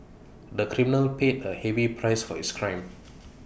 the criminal paid A heavy price for his crime